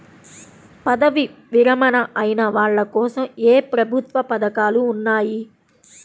పదవీ విరమణ అయిన వాళ్లకోసం ఏ ప్రభుత్వ పథకాలు ఉన్నాయి?